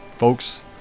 Folks